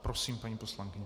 Prosím, paní poslankyně.